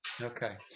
okay